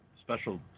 special